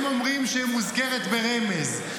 הם אומרים שהיא מוזכרת ברמז.